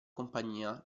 compagnia